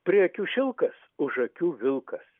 prie akių šilkas už akių vilkas